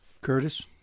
Curtis